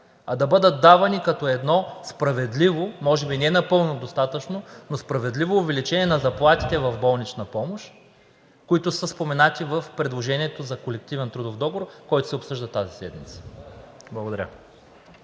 а да бъдат давани като едно справедливо, може би не напълно достатъчно, но справедливо увеличение на заплатите в болничната помощ, които са споменати в предложението за колективен трудов договор, който се обсъжда тази седмица. Благодаря.